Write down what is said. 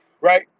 right